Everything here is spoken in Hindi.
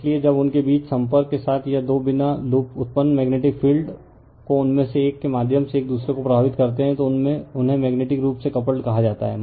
इसलिए जब उनके बीच संपर्क के साथ या बिना दो लूप उत्पन्न मेग्नेटिक फील्ड उनमें से एक के माध्यम से एक दूसरे को प्रभावित करते हैं तो उन्हें मेग्नेटिक रूप से कपल्ड कहा जाता है